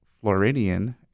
Floridian